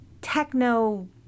techno